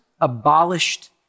abolished